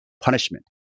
punishment